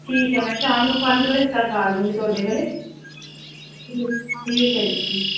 ਠੀਕ ਹੈ ਮੈਂ ਸ਼ਾਮ ਨੂੰ ਪੰਜ ਵਜੇ ਤੱਕ ਆ ਜਾਵਾਂਗੀ ਤੁਹਾਡੇ ਕੋਲ ਠੀਕ ਠੀਕ ਹੈ ਜੀ ਠੀਕ